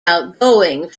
outgoing